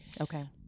Okay